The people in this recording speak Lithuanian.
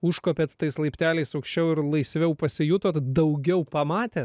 užkopėt tais laipteliais aukščiau ir laisviau pasijutot daugiau pamatę